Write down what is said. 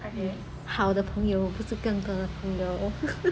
yes 好的朋友不是更多的朋友